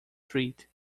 treat